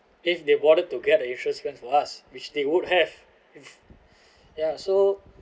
if they bother to get a insurance for us which they would have if ya so